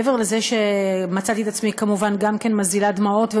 ומעבר לזה שמצאתי את עצמי כמובן גם כן מזילה דמעות,